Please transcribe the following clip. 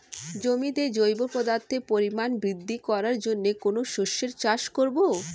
জমিতে জৈব পদার্থের পরিমাণ বৃদ্ধি করার জন্য কোন শস্যের চাষ করবো?